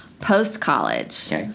post-college